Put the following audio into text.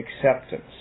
acceptance